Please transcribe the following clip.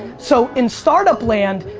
so in startup land,